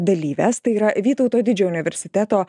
dalyves tai yra vytauto didžiojo universiteto